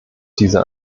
dieser